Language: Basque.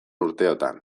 urteotan